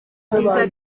byiyumviro